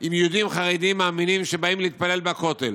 עם יהודים חרדים ומאמינים שבאים להתפלל בכותל.